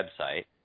website